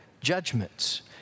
judgments